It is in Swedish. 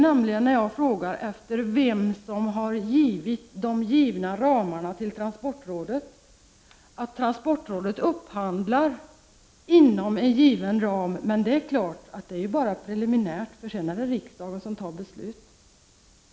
När jag frågar efter vem som givit de givna ramarna till transportrådet, säger han att transportrådet upphandlar inom en given ram, men att detta bara är preliminärt, eftersom det sedan är riksdagen som fattar beslut.